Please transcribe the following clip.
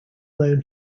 known